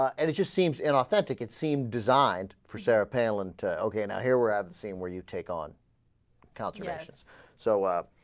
um and it just seems inauthentic it seemed designed for cerebellum to ok now here were at the scene where you take on calculus so ah.